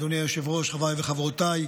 אדוני היושב-ראש, חבריי וחברותיי,